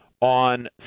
on